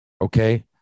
okay